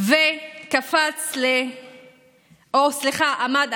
חוק-יסוד: הממשלה לחוכא ואטלולא,